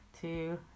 two